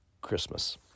Christmas